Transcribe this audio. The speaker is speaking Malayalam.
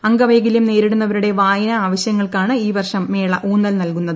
അംഗവൈകല്യം നേരിടുന്നവരുടെ വായന ആവശ്യങ്ങൾക്കാണ് ഈ വർഷം മേള ഊന്നൽ നൽകുന്നത്